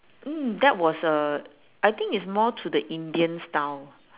mm that was uh I think it's more to the indian style